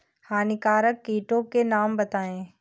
हानिकारक कीटों के नाम बताएँ?